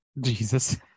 jesus